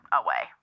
away